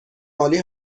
عالی